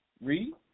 read